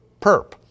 perp